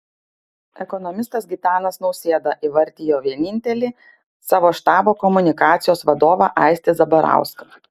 ekonomistas gitanas nausėda įvardijo vienintelį savo štabo komunikacijos vadovą aistį zabarauską